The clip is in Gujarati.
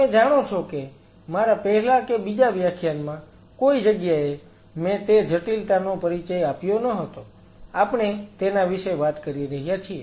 તમે જાણો છો કે મારા પહેલા કે બીજા વ્યાખ્યાનમાં કોઈ જગ્યાએ મેં તે જટિલતાનો પરિચય આપ્યો ન હતો આપણે તેના વિશે વાત કરી રહ્યા છીએ